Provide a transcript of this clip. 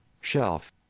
shelf